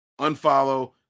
Unfollow